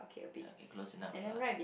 ya okay close enough lah